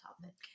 topic